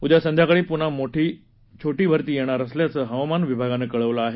उद्या संध्याकाळी पुन्हा छोटी भरती येणार असल्याचं हवामान विभागानं कळवलं आहे